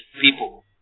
people